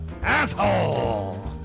asshole